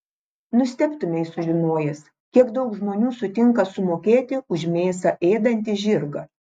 nustebtumei sužinojęs kiek daug žmonių sutinka sumokėti už mėsą ėdantį žirgą